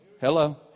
Hello